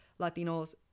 Latinos